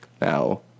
Now